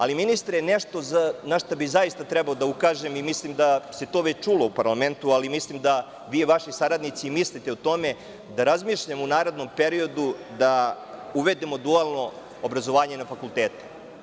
Ali, ministre, nešto na šta bih zaista trebao da ukažem, i mislim da se to već čulo u parlamentu, a mislim da i vi i vaši saradnici mislite o tome, da razmišljamo u narednom periodu da uvedemo dualno obrazovanje na fakultete.